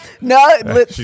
No